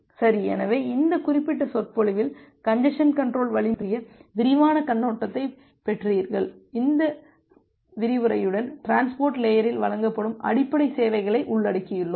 சரி எனவே இந்த குறிப்பிட்ட சொற்பொழிவில் கஞ்ஜசன் கன்ட்ரோல் வழிமுறையைப் பற்றிய விரிவான கண்ணோட்டத்தைப் பெற்றீர்கள் இந்த விரிவுரையுடன் டிரான்ஸ்போர்ட் லேயரில் வழங்கப்படும் அடிப்படை சேவைகளை உள்ளடக்கியுள்ளோம்